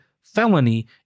felony